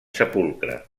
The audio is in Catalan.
sepulcre